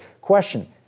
Question